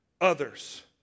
others